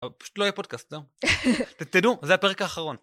פשוט לא יהיה פודקאסט, זהו, תדעו, זה הפרק האחרון.